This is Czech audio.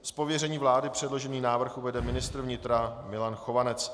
Z pověření vlády předložený návrh uvede ministr vnitra Milan Chovanec.